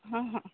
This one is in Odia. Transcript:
ହଁ ହଁ